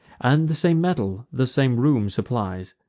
and the same metal the same room supplies.